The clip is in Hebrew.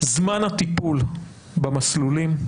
זמן הטיפול במסלולים.